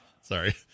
Sorry